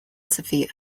sophia